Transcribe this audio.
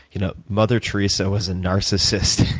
you know mother theresa was a narcissist.